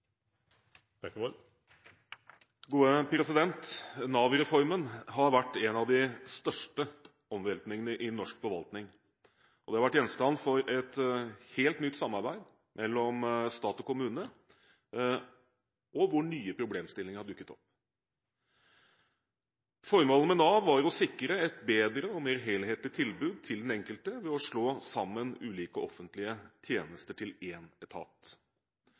har vært en av de største omveltningene i norsk forvaltning. Den har vært gjenstand for et helt nytt samarbeid mellom stat og kommune, og nye problemstillinger har dukket opp. Formålet med Nav var å sikre et bedre og mer helhetlig tilbud til den enkelte ved å slå sammen ulike offentlige tjenester til én etat.